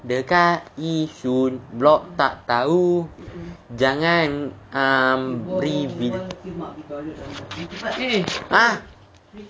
dekat yishun block tak tahu jangan um ha